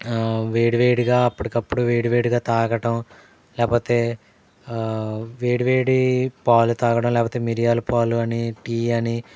వేడివేడిగా అప్పటికపుడు వేడివేడిగా తాగటం లేకపోతే వేడివేడి పాలు తాగడం లేకపోతే మిరియాల పాలు అని టీ అని